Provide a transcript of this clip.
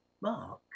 Mark